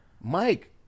Mike